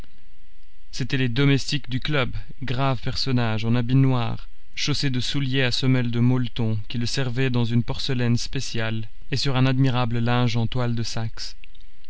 c'étaient les domestiques du club graves personnages en habit noir chaussés de souliers à semelles de molleton qui le servaient dans une porcelaine spéciale et sur un admirable linge en toile de saxe